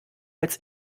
als